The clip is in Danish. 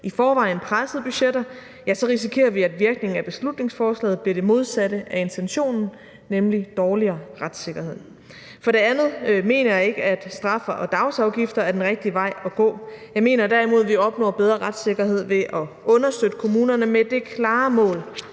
i forvejen pressede budgetter, risikerer vi, at virkningen af beslutningsforslaget bliver det modsatte af intentionen, nemlig en dårligere retssikkerhed. For det andet mener jeg ikke, at straffe og dagsafgifter er den rigtige vej at gå. Jeg mener derimod, at vi opnår bedre retssikkerhed ved at understøtte kommunerne med det klare mål,